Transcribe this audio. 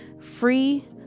Free